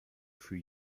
für